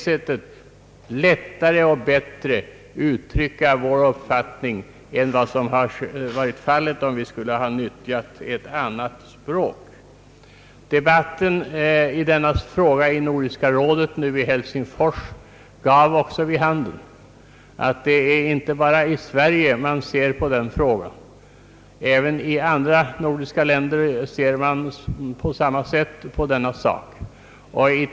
Vi har lättare och bättre kunnat uttrycka vår uppfattning än vad som varit fallet, om vi varit tvungna att nyttja ett annat språk. Debatten i denna fråga vid Nordiska rådets möte i Helsingfors nyligen gav också vid handen att det inte bara är i Sverige den här frågan uppmärksammats. I de övriga nordiska länderna betraktas den på samma sätt.